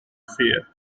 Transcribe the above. fear